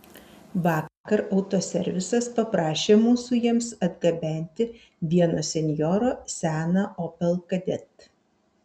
vakar autoservisas paprašė mūsų jiems atgabenti vieno senjoro seną opel kadett